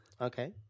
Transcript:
Okay